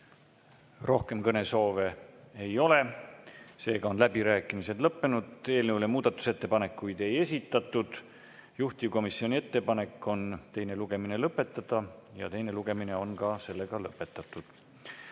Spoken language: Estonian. Rohkem kõnesoove ei ole, seega on läbirääkimised lõppenud. Eelnõu kohta muudatusettepanekuid ei esitatud. Juhtivkomisjoni ettepanek on teine lugemine lõpetada. Teine lugemine on lõpetatud.